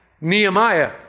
Nehemiah